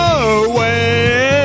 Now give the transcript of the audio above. away